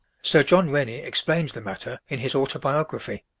sir john rennie explains the matter in his autobiography